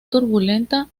turbulenta